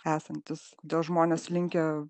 esantis todėl žmonės linkę